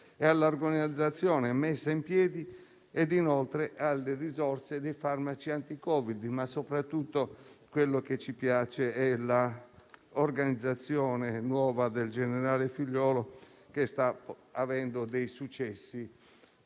all'organizzazione messa in piedi, ed inoltre alle risorse di farmaci anti-Covid. Soprattutto, quello che ci piace è l'organizzazione nuova del generale Figliuolo, che sta avendo dei successi